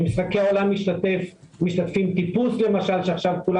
במשחקי העולם משתתפים טיפוס למשל שעכשיו כולם